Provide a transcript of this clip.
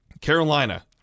Carolina